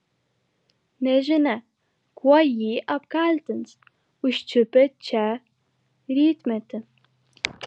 nežinia kuo jį apkaltins užčiupę čia rytmetį